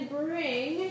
bring